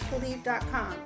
Believe.com